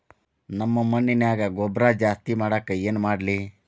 ನಮ್ಮ ಮಣ್ಣಿನ್ಯಾಗ ಗೊಬ್ರಾ ಜಾಸ್ತಿ ಮಾಡಾಕ ಏನ್ ಮಾಡ್ಲಿ?